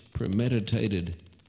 premeditated